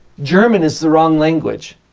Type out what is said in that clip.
german is the wrong language.